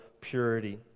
purity